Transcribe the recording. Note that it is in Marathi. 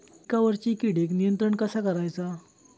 पिकावरची किडीक नियंत्रण कसा करायचा?